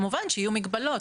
כמובן שיהיו מגבלות.